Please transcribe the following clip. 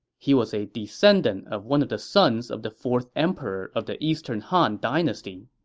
he was a descendant of one of the sons of the fourth emperor of the eastern han dynasty.